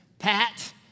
Pat